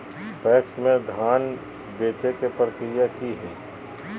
PACS में धाम बेचे के प्रक्रिया की हय?